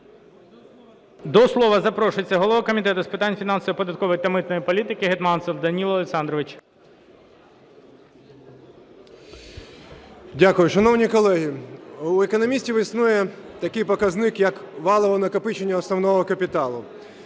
До слова запрошується голова Комітету з питань фінансової, податкової та митної політики Гетманцев Данило Олександрович. 13:40:09 ГЕТМАНЦЕВ Д.О. Дякую. Шановні колеги, у економістів існує такий показник, як валове накопичення основного капіталу.